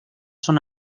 son